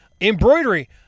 embroidery